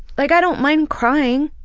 like i don't mind crying,